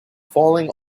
falling